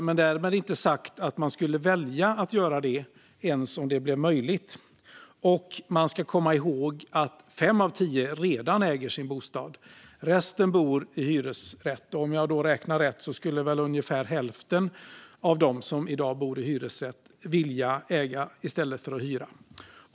Men därmed inte sagt att man skulle välja att göra det ens om det blev möjligt. Man ska också komma ihåg att fem av tio redan äger sin bostad. Resten bor i hyresrätt. Om jag räknar rätt skulle ungefär hälften av dem som bor i hyresrätt vilja äga i stället för att hyra.